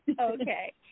Okay